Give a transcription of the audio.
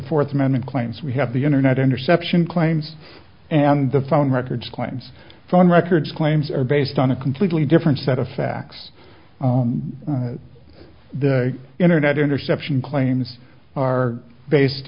fourth amendment claims we have the internet interception claims and the phone records claims phone records claims are based on a completely different set of facts on the internet interception claims are based